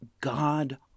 God